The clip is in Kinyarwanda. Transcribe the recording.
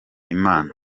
imana